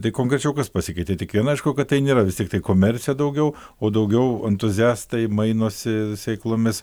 tai konkrečiau kas pasikeitė tik viena aišku kad tai nėra vis tiek tiktai komercija daugiau o daugiau entuziastai mainosi sėklomis